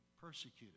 persecuted